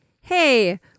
hey